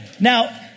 Now